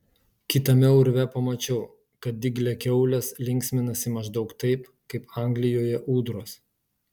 kitame urve pamačiau kad dygliakiaulės linksminasi maždaug taip kaip anglijoje ūdros